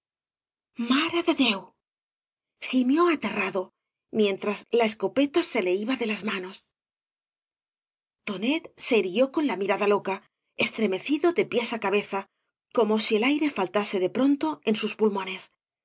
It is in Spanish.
de deul gimió aterrado mientras la escopeta se le iba de las manos tonet se irguió con la mirada loca estremecido de pies á cabeza como si el aire faltas de pronto en sus pulmones